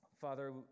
Father